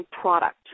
product